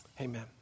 amen